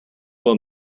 will